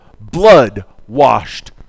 blood-washed